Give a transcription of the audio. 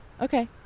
Okay